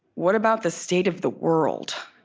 what about the state of the world?